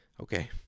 Okay